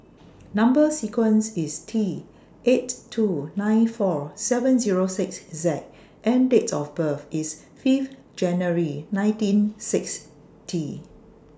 Number sequence IS T eight two nine four seven Zero six Z and Date of birth IS Fifth January nineteen sixty